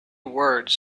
words